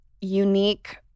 unique